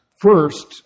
First